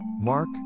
Mark